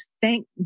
Thank